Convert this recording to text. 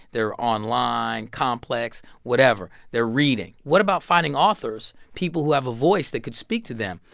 they're online, complex, whatever. they're reading. what about finding authors, people who have a voice that could speak to them?